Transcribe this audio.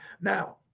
Now